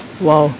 well